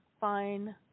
fine